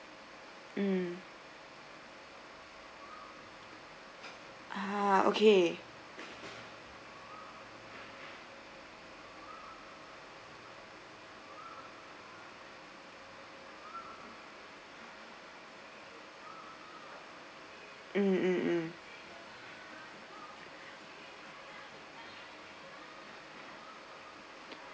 mm ah okay mm